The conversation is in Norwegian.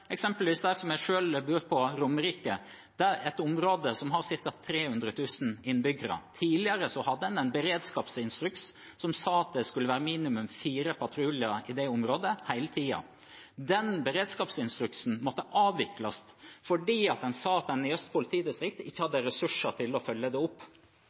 eksempelvis på Romerike, der jeg selv bor, et område som har ca. 300 000 innbyggere: Tidligere hadde en en beredskapsinstruks som sa at det skulle være minimum fire patruljer i det området hele tiden. Den beredskapsinstruksen måtte avvikles fordi en sa at Øst politidistrikt ikke hadde ressurser til å følge opp. Utfordringen er nettopp det